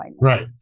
right